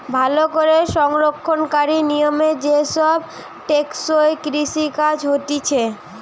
ভালো করে সংরক্ষণকারী নিয়মে যে সব টেকসই কৃষি কাজ হতিছে